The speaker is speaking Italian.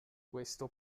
questo